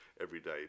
everyday